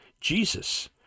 Jesus